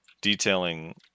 detailing